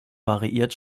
variiert